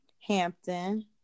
Hampton